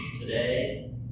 today